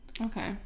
Okay